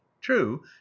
true